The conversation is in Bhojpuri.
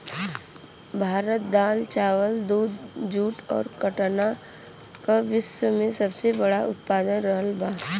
भारत दाल चावल दूध जूट और काटन का विश्व में सबसे बड़ा उतपादक रहल बा